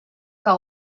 que